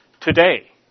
today